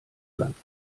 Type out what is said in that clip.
land